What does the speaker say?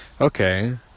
okay